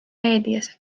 meedias